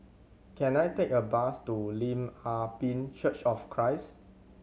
can I take a bus to Lim Ah Pin Church of Christ